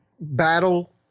battle